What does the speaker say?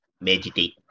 meditate